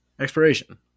Expiration